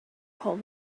call